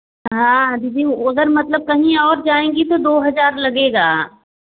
हाँ दीदी वह उधर मतलब कहीं और जाएँगी तो दो हज़ार लगेगा